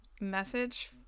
message